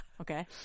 Okay